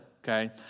Okay